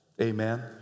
Amen